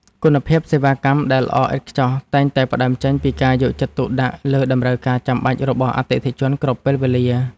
គុណភាពសេវាកម្មដែលល្អឥតខ្ចោះតែងតែផ្ដើមចេញពីការយកចិត្តទុកដាក់លើតម្រូវការចាំបាច់របស់អតិថិជនគ្រប់ពេលវេលា។